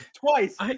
twice